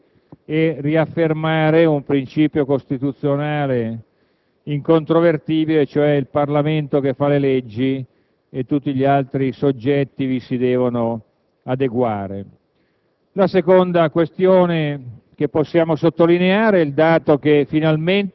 come ho ricordato prima, dura ormai da quasi cinque anni, a dimostrazione incontrovertibile di come sia stato faticoso e difficile legiferare su tale materia. La prima considerazione che si può fare è che il Parlamento,